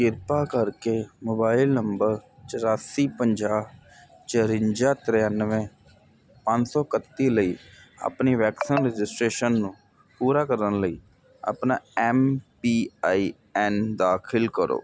ਕਿਰਪਾ ਕਰਕੇ mobile number ਚੁਰਾਸੀ ਪੰਜਾਹ ਚੁਰੰਜਾ ਤ੍ਰਿਆਨਵੇਂ ਪੰਜ ਸੌ ਇਕੱਤੀ ਲਈ ਆਪਣੀ ਵੈਕਸੀਨ ਰਜਿਸਟ੍ਰੇਸ਼ਨ ਨੂੰ ਪੂਰਾ ਕਰਨ ਲਈ ਆਪਣਾ ਐੱਮ ਪੀ ਆਈ ਐੱਨ ਦਾਖਲ ਕਰੋ